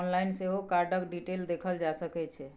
online सेहो कार्डक detail देखल जा सकै छै